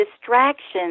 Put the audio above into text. distractions